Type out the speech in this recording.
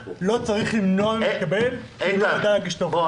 לא צריך למנוע ממנו מלקבל כי הוא לא ידע להגיש טופס.